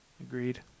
Agreed